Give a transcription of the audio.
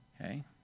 Okay